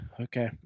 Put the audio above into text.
Okay